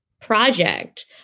project